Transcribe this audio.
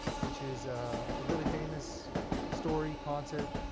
which is a really famous story, concert.